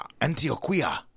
Antioquia